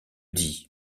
dit